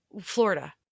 florida